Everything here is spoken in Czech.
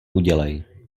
udělej